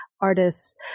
artists